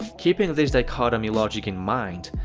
keeping this dichotomy logic in mind,